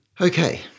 Okay